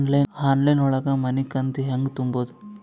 Online ಒಳಗ ಮನಿಕಂತ ಹ್ಯಾಂಗ ತುಂಬುದು?